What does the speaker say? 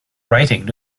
writing